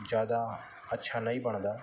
ਜ਼ਿਆਦਾ ਅੱਛਾ ਨਹੀਂ ਬਣਦਾ